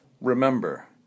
Remember